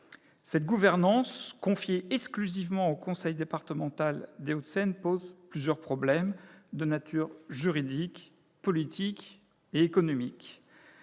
Cette gouvernance confiée exclusivement au conseil départemental des Hauts-de-Seine pose plusieurs problèmes, d'ordre juridique, politique et économique.